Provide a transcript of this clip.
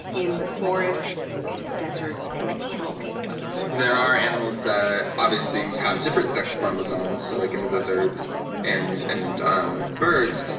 in the forests, and the deserts, and the animal kingdom? there are animals that obviously have different sex chromosomes, like in lizards and um birds,